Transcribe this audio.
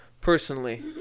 personally